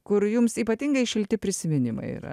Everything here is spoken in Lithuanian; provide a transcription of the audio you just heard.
kur jums ypatingai šilti prisiminimai yra